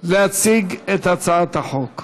להציג את הצעת החוק.